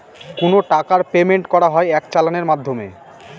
কোনো টাকার পেমেন্ট করা হয় এক চালানের মাধ্যমে